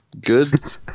good